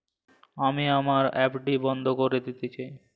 আমি আমার এফ.ডি বন্ধ করে দিতে চাই